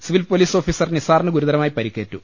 civil police officer നിസാറിന് ഗുരുതരമായി പരിക്കേറ്റു